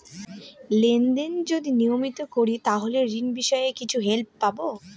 Lane দেন যদি নিয়মিত করি তাহলে ঋণ বিষয়ে কিছু হেল্প পাবো?